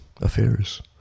affairs